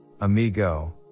amigo